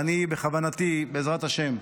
ובכוונתי, בעזרת השם,